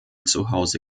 zuhause